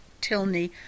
Tilney